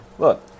Look